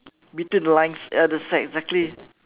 between the lines ya that's right exactly